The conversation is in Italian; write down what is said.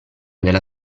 della